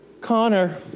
Connor